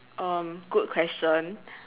um good question